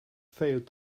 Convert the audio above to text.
failed